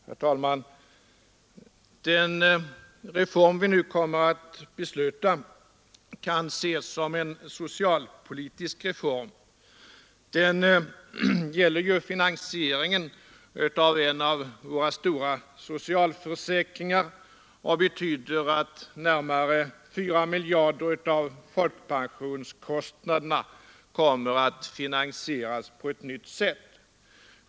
Herr talman! Den reform vi nu kommer att besluta kan ses som en socialpolitisk reform. Den gäller ju finansieringen av en av våra stora socialförsäkringar och betyder att närmare 4 miljarder av folkpensionskostnaderna kommer att finansieras på ett nytt sätt.